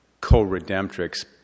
co-redemptrix